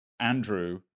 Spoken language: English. Andrew